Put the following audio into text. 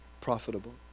profitable